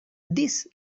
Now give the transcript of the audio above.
this